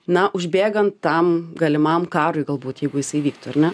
na užbėgan tam galimam karui galbūt jeigu jisai vyktų ar ne